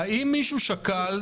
האם מישהו שקל,